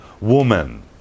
woman